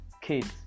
kids